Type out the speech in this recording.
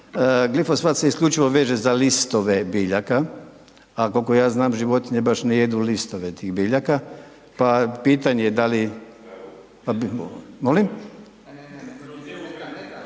glifosat se isključivo veže za listove biljaka, a kol'ko ja znam životinje baš ne jedu listove tih biljaka, pa pitanje da li, …/Upadica: ne